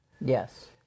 Yes